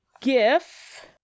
GIF